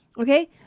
Okay